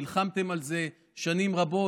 נלחמתם על זה שנים רבות,